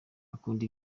akunda